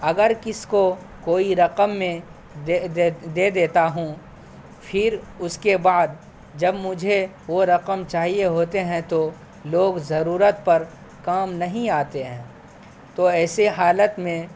اگر کس کو کوئی رقم میں دے دیتا ہوں پھر اس کے بعد جب مجھے وہ رقم چاہیے ہوتے ہیں تو لوگ ضرورت پر کام نہیں آتے ہیں تو ایسے حالت میں